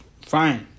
fine